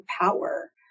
power